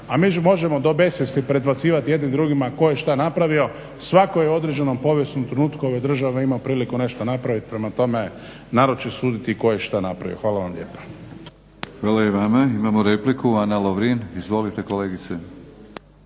a mi možemo do besvijesti predbacivati jedni drugima tko je što napravio. Svatko je u određenom povijesnom trenutku ove države imao priliku nešto napraviti. Prema tome, narod će suditi tko je što napravio. Hvala vam lijepa. **Batinić, Milorad (HNS)** Hvala i vama. Imamo repliku, Ana Lovrin. Izvolite kolegice.